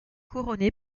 couronné